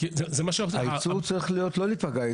הייצור לא צריך להיפגע.